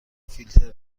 فیلتر